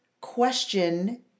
question